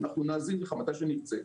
אנחנו נאזין לך מתי שנרצה.